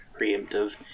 preemptive